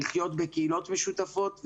לחיות בקהילות משותפות,